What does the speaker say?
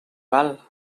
val